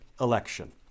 election